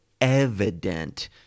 evident